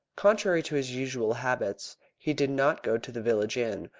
contrary to his usual habits, he did not go to the village inn,